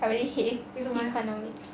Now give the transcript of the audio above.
I really hate economics